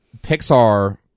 Pixar